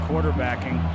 Quarterbacking